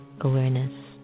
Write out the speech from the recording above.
awareness